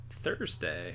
Thursday